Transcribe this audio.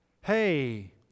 hey